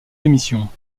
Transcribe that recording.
émissions